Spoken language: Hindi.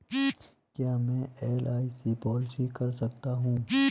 क्या मैं एल.आई.सी पॉलिसी कर सकता हूं?